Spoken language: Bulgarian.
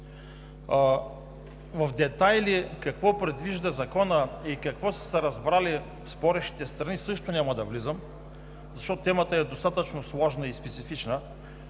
В детайли какво предвижда Законът и какво са се разбрали спорещите страни – също няма да влизам, защото темата е достатъчно сложна и специфична.